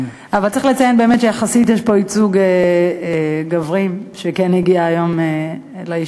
אבל צריך לציין באמת שיחסית יש פה ייצוג גברי שכן הגיע היום לישיבה.